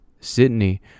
Sydney